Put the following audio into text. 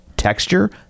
Texture